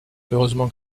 heureusement